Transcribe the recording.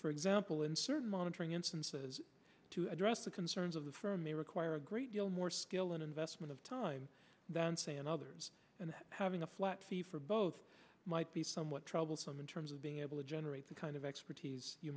for example in certain monitoring instances to address the concerns of the firm may require a great deal more skill and investment of time than say and others and having a flat fee for both might be somewhat troublesome in terms of being able to generate the kind of expertise you